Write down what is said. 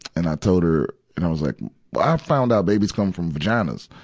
and i told her, and i was like, well i found out babies come from vaginas.